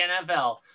NFL